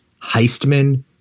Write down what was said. heistmen